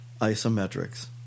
Isometrics